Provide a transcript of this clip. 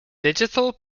digital